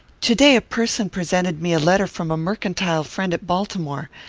to-day a person presented me a letter from a mercantile friend at baltimore.